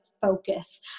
focus